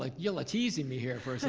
like you all are teasing me here for a yeah